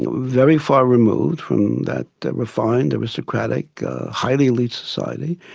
very far removed from that refined aristocratic highly elite society,